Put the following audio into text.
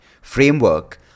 framework